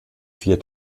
vier